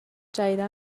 جدیدا